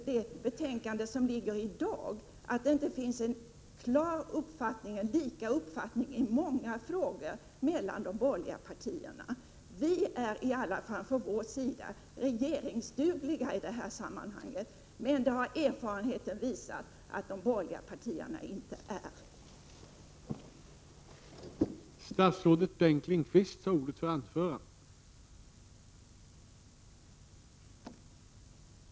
Det betänkande vi i dag behandlar visar också att de borgerliga partierna i många frågor inte har samma uppfattningar. Vi är i alla fall på vår sida regeringsdugliga i detta sammanhang, men erfarenheten har visat att de borgerliga partierna inte är det.